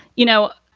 you know,